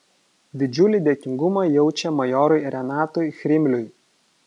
didžiulį dėkingumą jaučia majorui renatui chrimliui